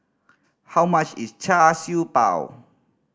how much is Char Siew Bao